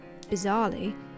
Bizarrely